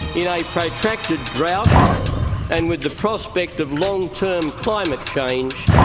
in a protracted drought and with the prospect of long-term climate change,